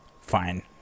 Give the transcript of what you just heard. Fine